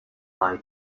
buy